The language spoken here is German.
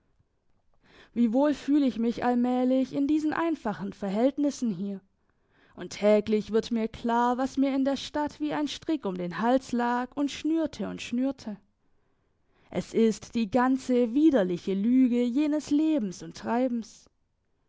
wie wohl fühl ich mich allmählich in diesen einfachen verhältnissen hier und täglich wird mir klar was mir in der stadt wie ein strick um den hals lag und schnürte und schnürte es ist die ganze widerliche lüge jenes lebens und treibens